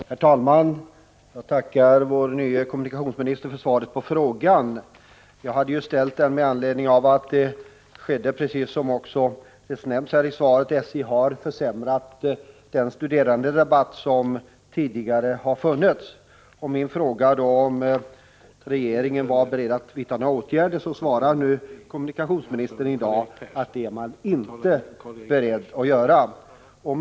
ningen ock Kometen Herr talman! Jag tackar vår nye kommunikationsminister för svaret på GY teleappararer frågan. Jag har ställt den med anledning av att SJ, precis som också nämns i svaret, har försämrat studeranderabatten. På min fråga, om regeringen är beredd att vidta några åtgärder, svarar kommunikationsministern att man inte är beredd att göra detta.